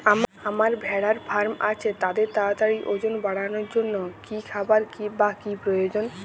আমার ভেড়ার ফার্ম আছে তাদের তাড়াতাড়ি ওজন বাড়ানোর জন্য কী খাবার বা কী প্রয়োজন?